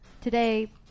Today